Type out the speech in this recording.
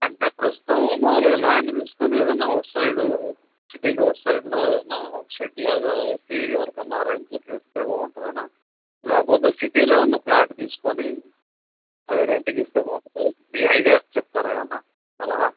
అంటే ప్రస్తుతం మామూలుగా ల్యాండ్ తీసుకోని ఏదన్నా అవుట్సైడు సిటీకవుట్సైడ్లో ఏదన్నా ఒక షెడ్లాగా ఏసి ఎవరికన్నా రెంట్లకిస్తే బాగుంటదనా లే కపోతే సిటీలో ఏమన్నా ఫ్లాటు తీసుకోని అవి రెంటికిస్తే బావుంటదా మీ ఐడియా చెప్తారా ఏమన్నా సలహా